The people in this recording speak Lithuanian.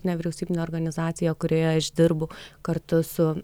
nevyriausybinė organizacija kurioje aš dirbu kartu su